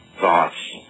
thoughts